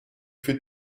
für